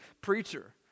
preacher